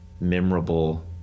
memorable